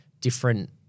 different